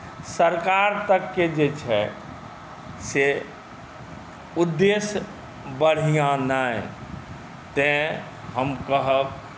सरकार तकके जे छै से उद्देश्य बढ़िआँ नहि तैँ हम कहब